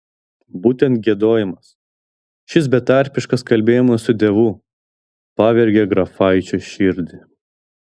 būtent giedojimas šis betarpiškas kalbėjimas su dievu pavergė grafaičio širdį